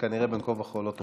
שכנראה בין כה וכה לא תוכל לאשר.